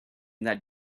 that